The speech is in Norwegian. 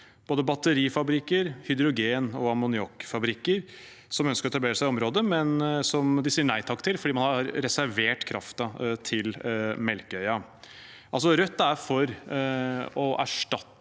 både batteri-, hydrogen- og ammoniakkfabrikker som ønsker å etablere seg i området, men som de sier nei takk til fordi man har reservert kraften til Melkøya. Rødt er for å erstatte